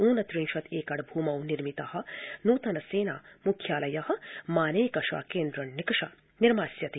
ऊनत्रिंशत् एकड़ भूमो निर्मितः नूतन सेना मुख्यालयः मानेकशा केन्द्र निकषा निर्मास्यति